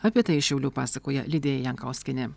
apie tai iš šiaulių pasakoja lidija jankauskienė